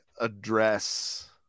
address